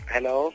Hello